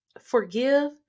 Forgive